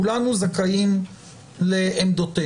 כולנו זכאים לעמדותינו.